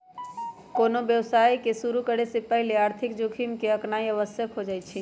कोनो व्यवसाय के शुरु करे से पहिले आर्थिक जोखिम के आकनाइ आवश्यक हो जाइ छइ